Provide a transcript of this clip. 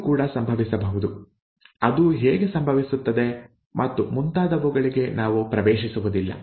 ಇದೂ ಕೂಡ ಸಂಭವಿಸಬಹುದು ಅದು ಹೇಗೆ ಸಂಭವಿಸುತ್ತದೆ ಮತ್ತು ಮುಂತಾದವುಗಳಿಗೆ ನಾವು ಪ್ರವೇಶಿಸುವುದಿಲ್ಲ